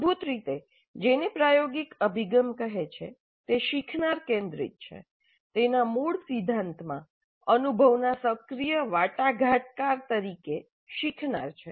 મૂળભૂત રીતે જેને પ્રાયોગિક અભિગમ કહે છે તે શીખનાર કેન્દ્રિત છે તેના મૂળ સિદ્ધાંતમાં અનુભવના સક્રિય વાટાઘાટકાર તરીકે શીખનાર છે